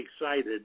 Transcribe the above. excited